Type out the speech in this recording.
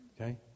okay